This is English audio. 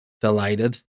delighted